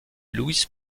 louis